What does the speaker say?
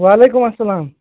وعلیکُم اسلام